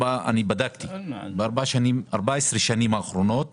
ידע שב-14 השנים האחרונות